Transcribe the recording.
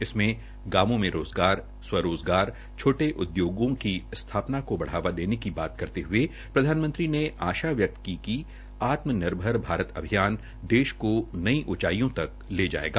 इसमें गांवों में रोज़गार स्वरोज़गार छोटे उद्योगों की स्थापना को बढ़ावा देने की बात करते हये प्रधानमंत्री ने आशा व्यक्त की कि आत्मनिर्भर भारत अभियान देश को नयी ऊंचाईयों तक ले जायेगा